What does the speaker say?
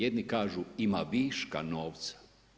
Jedni kažu ima viška novca.